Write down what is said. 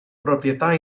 proprietà